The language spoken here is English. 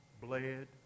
bled